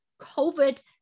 COVID